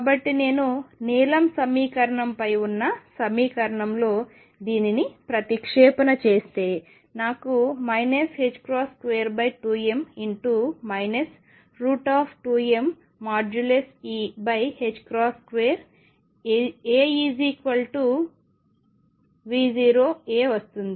కాబట్టి నేను నీలం సమీకరణం పైన ఉన్న సమీకరణంలో దీనిని ప్రతిక్షేపణ చేస్తే నాకు 22m 2mE2AV0A వస్తుంది